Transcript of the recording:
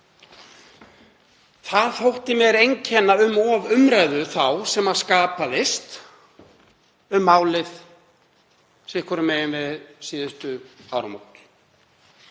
Það þótti mér einkenna um of umræðu þá sem skapaðist um málið beggja megin við síðustu áramót,